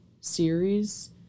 series